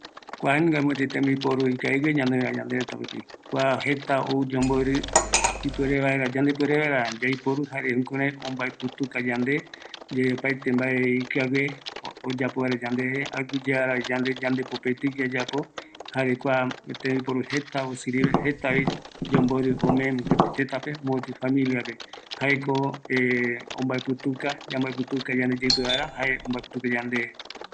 Kua lavadora, jaeko ombaeputuka yandeveva, ikavi kua tembiporu öme yomborɨ, kua maquina, kua ara rupi jetape ëme yandeve yomborɨ